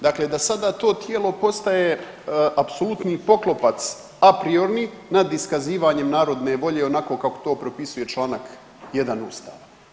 Dakle da sada to tijelo postaje apsolutni poklopac apriorni nad iskazivanjem narodne volje onako kako to propisuje čl. 1 Ustava.